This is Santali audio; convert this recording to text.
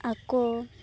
ᱟᱠᱚ